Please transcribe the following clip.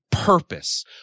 purpose